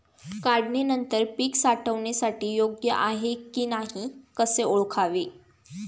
काढणी नंतर पीक साठवणीसाठी योग्य आहे की नाही कसे ओळखावे?